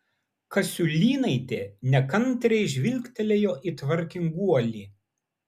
kasiulynaitė nekantriai žvilgtelėjo į tvarkinguolį